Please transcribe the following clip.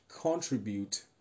contribute